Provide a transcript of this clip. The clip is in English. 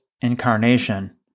incarnation